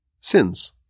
sins